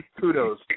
Kudos